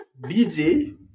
DJ